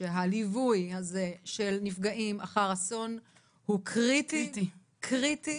שהליווי הזה של נפגעים אחר אסון הוא קריטי, קריטי.